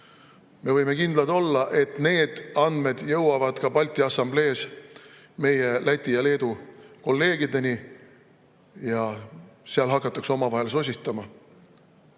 Me võime kindlad olla, et need andmed jõuavad ka Balti Assamblees meie Läti ja Leedu kolleegideni ja seal hakatakse omavahel sosistama,